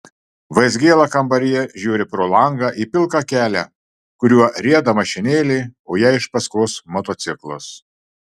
vaizgėla kambaryje žiūri pro langą į pilką kelią kuriuo rieda mašinėlė o jai iš paskos motociklas